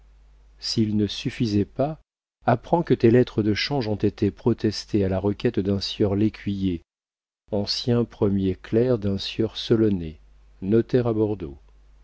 s'il ne suffisait pas apprends que tes lettres de change ont été protestées à la requête d'un sieur lécuyer ancien premier clerc d'un sieur solonet notaire à bordeaux